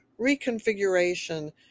reconfiguration